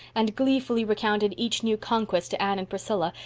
and gleefully recounted each new conquest to anne and priscilla,